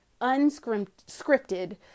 unscripted